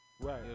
right